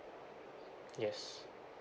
yes